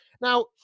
Now